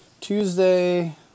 Tuesday